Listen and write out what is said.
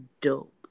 dope